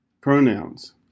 Pronouns